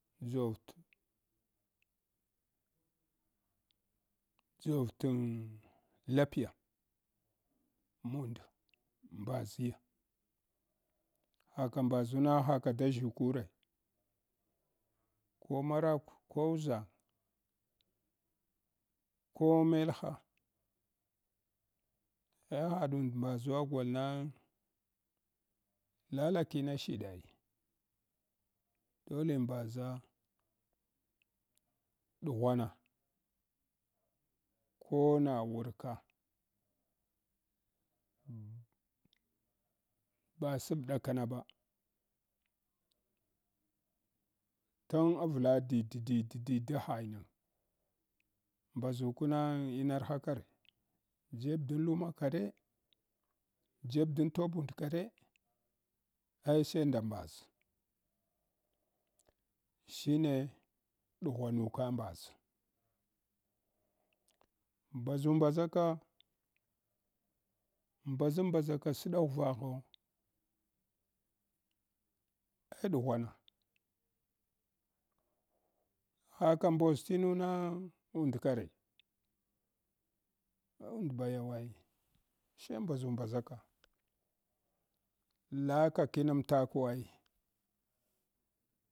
Zort dʒar t’ lapiya mund mbaʒiye haka mbaʒuna haka da ʒshukure ke marakw ko uʒang ko melha eh haɗund t’ mbaʒuwa golna lala kina shdai dole mbaʒa ɗughuwana kona wurka ɓa saɓ ɗaka na ba tun avla did-did-did didahainang mbaʒuka na inarhakar jeb da luma ka re? Jeb dan tobund kare? Ai she nda mbaʒ shine ɗughwanuka mbaʒ mbaʒumbaʒaka mbaʒambaʒaka sɗaghuvaghe eh ɗighvana haha mboʒ tinu na und kare ah und bayawai sai mbaʒumɓaʒaka laka kinamtakwai.